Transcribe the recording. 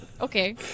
okay